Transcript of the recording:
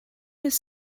his